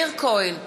מאיר כהן,